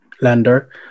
lender